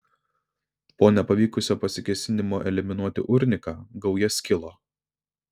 po nepavykusio pasikėsinimo eliminuoti urniką gauja skilo